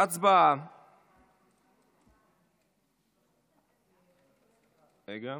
אני קובע כי הצעת חוק זו התקבלה